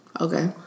Okay